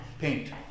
paint